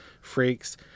freaks